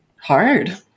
hard